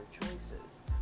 choices